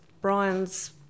Brian's